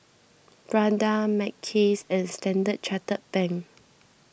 Prada Mackays and Standard Chartered Bank